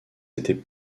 étaient